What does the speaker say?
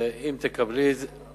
מי אמור להעביר לי את זה ישירות?